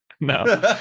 No